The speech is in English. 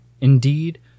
Indeed